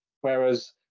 whereas